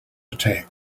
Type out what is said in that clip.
attack